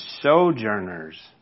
sojourners